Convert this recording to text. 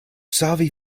savi